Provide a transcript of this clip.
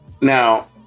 now